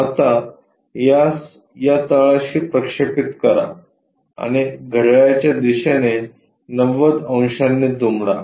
आता यास या तळाशी प्रक्षेपित करा आणि घड्याळाच्या दिशेने 90 अंशांनी दुमडा